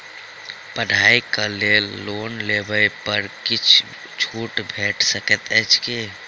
पढ़ाई केँ लेल लोन लेबऽ पर किछ छुट भैट सकैत अछि की?